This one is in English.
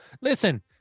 listen